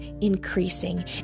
increasing